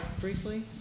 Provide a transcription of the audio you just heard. briefly